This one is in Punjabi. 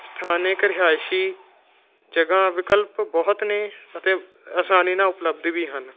ਸਥਾਨਕ ਰਿਹਾਇਸ਼ੀ ਜਗ੍ਹਾ ਵਿਕਲਪ ਬਹੁਤ ਨੇ ਅਤੇ ਆਸਾਨੀ ਨਾਲ ਉਪਲਬਧ ਵੀ ਹਨ